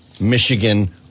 Michigan